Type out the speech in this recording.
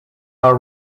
are